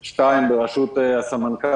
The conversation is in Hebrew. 2) בראשות הסמנכ"ל,